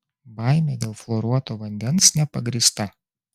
baimė dėl fluoruoto vandens nepagrįsta